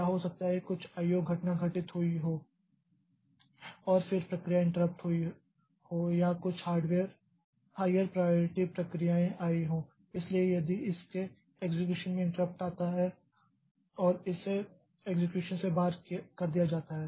या हो सकता है कि कुछ I O घटना घटित हुई हो और फिर प्रक्रिया इंट्रप्ट हुई हो या कुछ हाइयर प्राइयारिटी प्रक्रियाएं आईं हो इसीलिए यदि इसके एक्सेक्यूशन में इंट्रप्ट आता है और इसे एक्सेक्यूशन से बाहर कर दिया जाता है